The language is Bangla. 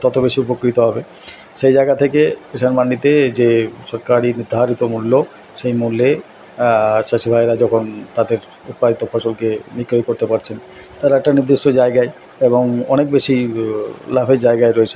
তত বেশি উপকৃত হবে সেই জায়গা থেকে কিষাণ মান্ডিতে যে সরকারি নির্ধারিত মূল্য সেই মূল্যে চাষি ভাইয়েরা যখন তাদের উৎপাদিত ফসলকে বিক্রয় করতে পারছে তারা একটা নির্দিষ্ট জায়গায় এবং অনেক বেশি লাভের জায়গায় রয়েছে